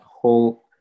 whole